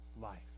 life